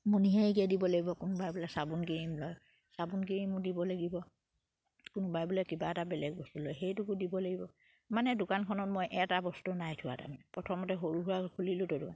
মণিহাৰীকে দিব লাগিব কোনোবাই বোলে চাবোন ক্ৰীম লয় চাবোন ক্ৰীমো দিব লাগিব কোনোবাই বোলে কিবা এটা বেলেগ বস্তু লয় সেইটোকো দিব লাগিব মানে দোকানখনত মই এটা বস্তু নাই থোৱা তাৰমানে প্ৰথমতে সৰু সুৰা খুলিলোঁ ত'